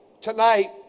Tonight